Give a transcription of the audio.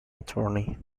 attorney